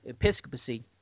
episcopacy